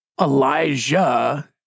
Elijah